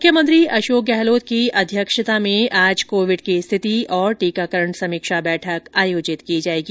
मुख्यमंत्री अशोक गहलोत की अध्यक्षता में आज कोविड की स्थिति और टीकाकरण समीक्षा बैठक आयोजित की जाएगी